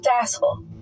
asshole